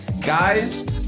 Guys